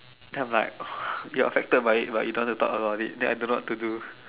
then I'm like oh you're affected by it but you don't want to talk about it then I don't know what to do